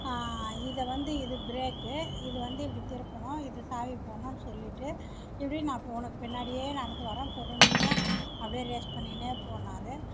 இது வந்து இது பிரேக்கு இது வந்து இப்படி திருப்பணும் இது சாவி போடணும் சொல்லிவிட்டு இப்படி நான் உனக்கு பின்னாடியே நடந்து வரேன் பொறுமையாக அப்படியே ரேஸ் பண்ணிக்கினே போன்னாரு